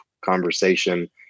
conversation